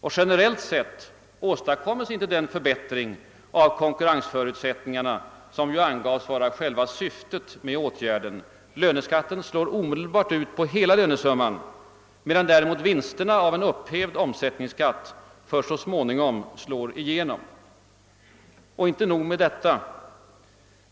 Och generellt sett åstadkommes inte den förbättring av konkurrensförutsättningarna som ju angavs vara själva syftet med åtgärden. Löneskatten slår omedelbart ut på hela lönesumman, medan däremot vinsterna av en upphävd omsättningsskatt först så småningom slår igenom. Men inte nog med detta.